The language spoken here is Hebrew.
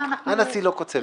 הנשיא לא קוצב.